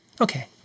Okay